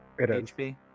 HP